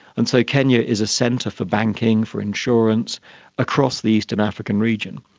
and so kenya is a centre for banking, for insurance across the eastern african region.